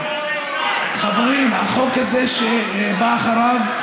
חברים, החוק הזה, שבא אחריו,